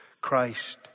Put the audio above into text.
Christ